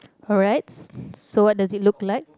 correct so what does it look like